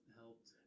helped